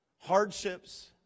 hardships